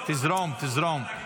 תזרום, תזרום.